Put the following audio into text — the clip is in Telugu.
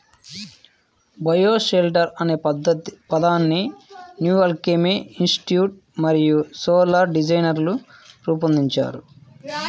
బయోషెల్టర్ అనే పదాన్ని న్యూ ఆల్కెమీ ఇన్స్టిట్యూట్ మరియు సోలార్ డిజైనర్లు రూపొందించారు